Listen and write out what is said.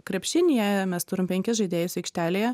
krepšinyje mes turime penkis žaidėjus aikštelėje